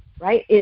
right